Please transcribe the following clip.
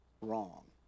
wrong